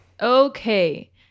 Okay